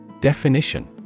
Definition